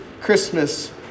Christmas